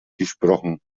gesprochen